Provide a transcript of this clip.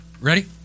Ready